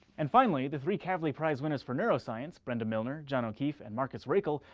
and finally, the three kavli prize winners for neuroscience, brenda milner, john o'keefe, and marcus raichle,